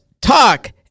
talk